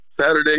Saturday